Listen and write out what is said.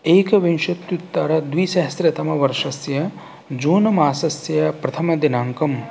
एकविंशत्त्युत्तरद्विसहस्रतमवर्षस्य जून मासस्य प्रथमदिनाङ्कं